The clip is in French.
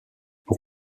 pour